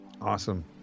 Awesome